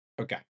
Okay